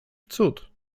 cud